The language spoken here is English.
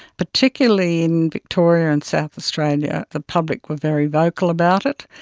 particularly in victoria and south australia the public were very vocal about it.